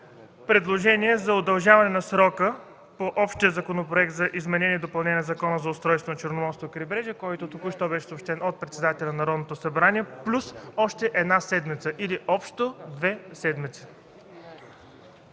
предложение за удължаване на срока по Общия законопроект за изменение и допълнение на Закона за устройство на Черноморското крайбрежие, което току-що беше съобщено от председателя на Народното събрание, плюс още една седмица или общо две седмици.